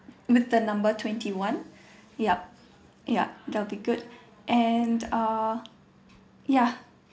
with the number twenty one yup yup that will be good and uh ya